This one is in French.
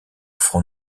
front